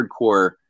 hardcore